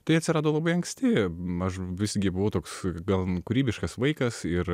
tai atsirado labai anksti aš visgi buvo toks gan kūrybiškas vaikas ir